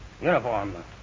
uniform